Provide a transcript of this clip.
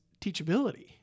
teachability